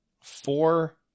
four